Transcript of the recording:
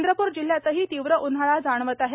चंद्रप्र जिल्ह्यातही तीव्र उन्हाळा जाणवतो आहे